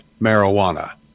marijuana